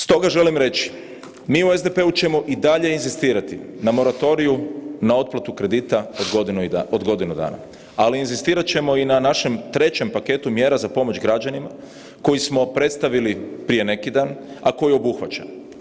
Stoga želim reći, mi u SDP-u ćemo i dalje inzistirati na moratoriju, na otplatu kredita od godinu dana, ali inzistirat ćemo i na našem trećem paketu mjera za pomoć građanima koji smo predstavili prije neki dan, a koji obuhvaća.